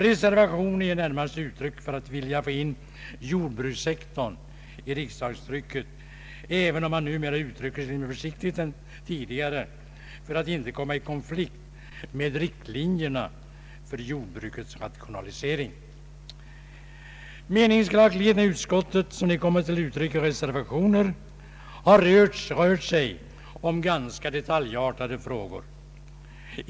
Reservationen ger närmast uttryck för en önskan att få in jordbrukssektorn i riksdagstrycket, även om man numera utgjuter sig litet mera försiktigt än tidigare för att inte komma i konflikt med riktlinjerna för jordbrukets rationalisering. Meningsskiljaktigheterna i utskottet sådana de kommit till uttryck i reservationer har rört sig om ganska detaljartade frågor.